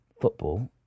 football